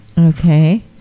Okay